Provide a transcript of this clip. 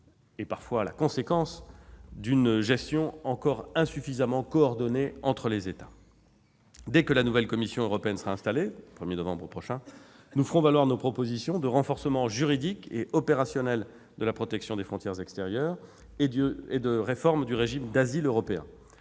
et parfois la conséquence d'une gestion encore insuffisamment coordonnée entre les États. Dès que la nouvelle Commission européenne sera installée, le 1 novembre prochain, nous ferons valoir nos propositions de renforcement juridique et opérationnel de la protection des frontières extérieures, et de réforme du régime d'asile européen.